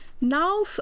now